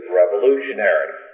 revolutionary